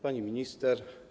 Pani Minister!